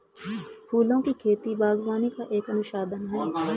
फूलों की खेती, बागवानी का एक अनुशासन है